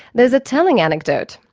there's a telling anecdote.